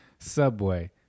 Subway